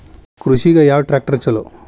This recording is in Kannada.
ಕೃಷಿಗ ಯಾವ ಟ್ರ್ಯಾಕ್ಟರ್ ಛಲೋ?